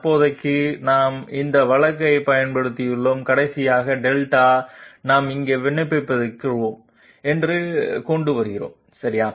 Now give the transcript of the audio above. தற்போதைக்கு நாம் இந்த வழக்கைப் பயன்படுத்தியுள்ளோம் கடைசியாக δ நாம் இங்கே விண்ணப்பிக்கிறோம் என்று கொண்டு வருகிறோம் சரியா